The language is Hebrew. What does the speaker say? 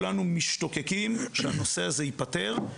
כולנו משתוקקים שהנושא הזה ייפתר,